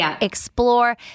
explore